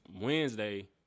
Wednesday